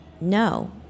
No